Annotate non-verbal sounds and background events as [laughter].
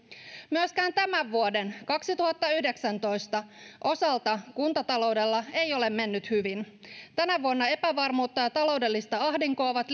myöskään tämän vuoden kaksituhattayhdeksäntoista osalta kuntataloudella ei ole mennyt hyvin tänä vuonna epävarmuutta ja taloudellista ahdinkoa ovat [unintelligible]